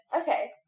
Okay